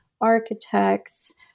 architects